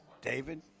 David